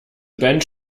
band